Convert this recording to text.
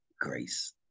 grace